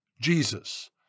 Jesus